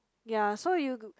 ya so you